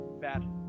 Bad